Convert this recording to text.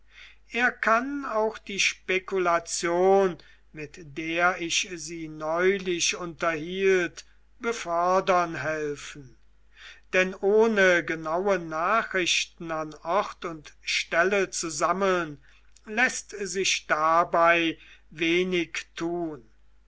er kann auch die spekulation mit der ich sie neulich unterhielt befördern helfen denn ohne genaue nachrichten an ort und stelle zu sammeln läßt sich dabei wenig tun